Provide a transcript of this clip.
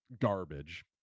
garbage